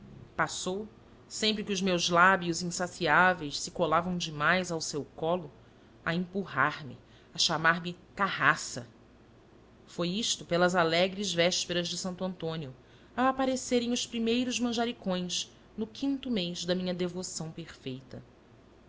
passou sempre que os meus lábios insaciáveis se colavam demais ao seu colo a empurrar me a chamar-me carraça foi isto pelas alegres vésperas de santo antônio ao aparecerem os primeiros manjericões no quinto mês da minha devoção perfeita